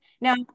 Now